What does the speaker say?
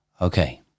Okay